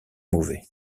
mauvais